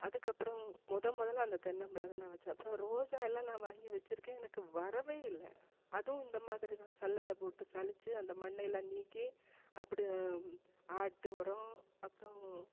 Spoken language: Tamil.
அதுக்கப்புறம் முத முதல்ல அந்த தென்னம்பிள்ளைதான் நான் வச்சது அப்புறம் ரோஜா எல்லாம் நான் வாங்கி வச்சுருக்கேன் எனக்கு வரவே இல்லை அதுவும் இந்த மாதிரி தான் சல்லடை போட்டு சலிச்சு அந்த மண்ணயெல்லாம் நீக்கி அப்படித்தான் ஆட்டு உரம் அப்புறம்